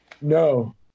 No